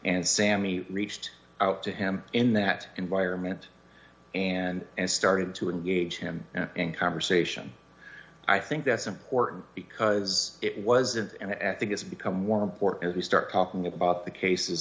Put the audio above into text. and sammy reached out to him in that environment and started to engage him in conversation i think that's important because it was there and i think it's become more important if you start talking about the cases